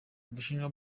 ubushinwa